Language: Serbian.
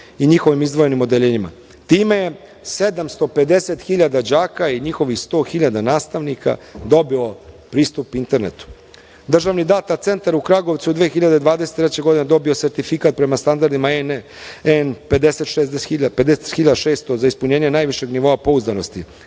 i njihovim izdvojenim odeljenjima. Time je 750 hiljada đaka i njihovih 100 hiljada nastavnika dobilo pristup internetu. Državni data centar u Kragujevcu je u 2023. godini dobio je sertifikat prema standardima EN 50600 za ispunjenje najvišeg nivoa pouzdanosti,